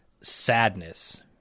sadness